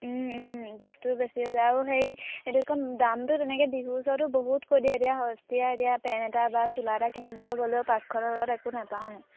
বস্তু বেছি হৈছে আৰু হেৰি এইটো কি কয় দামটো তেনেকৈ বিহুৰ ওচৰটো বহুত কৈ দিয়ে এতিয়া সস্তীয়া এতিয়া পেণ্ট এটা বা চোলা এটা কিনিবলৈ গ'লেও পাঁচশ তলত একো নেপাওঁ